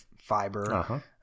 fiber